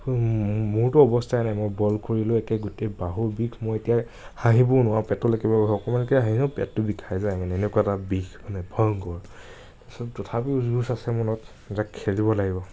মোৰ মোৰটো অৱস্থাই নাই মই বল কৰিলোঁ একে গোটেই বাহুৰ বিষ মোৰ এতিয়া হাঁহিবও নোৱাৰোঁ পেটলৈ কিবা অকণমানকৈ হাঁহিলেও পেটতো বিষাই যায় মানে এনেকুৱা এটা বিষ মানে ভয়ংকৰ তাৰপিছত তথাপিও জোচ আছে মানে যে খেলিব লাগিব